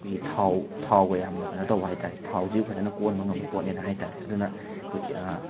ꯑꯩꯈꯣꯏꯒꯤ ꯊꯥꯎ ꯊꯥꯎꯒ ꯌꯥꯝꯅ ꯀꯅꯣ ꯇꯧꯕ ꯍꯥꯏꯇꯥꯔꯦ ꯊꯥꯎꯁꯦ ꯐꯖꯅ ꯀꯣꯛꯍꯟꯕ ꯉꯝꯕ ꯄꯣꯠꯅꯦꯅ ꯍꯥꯏꯕ ꯇꯥꯔꯦ ꯑꯗꯨꯅ ꯑꯩꯈꯣꯏ